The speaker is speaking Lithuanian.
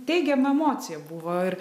teigiama emocija buvo ir